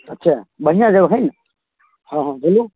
अच्छा बढ़िआँ जगह हइ ने हँ हँ बोलू